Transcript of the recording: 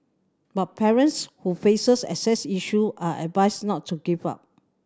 but parents who faces access issue are advised not to give up